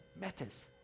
matters